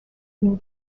une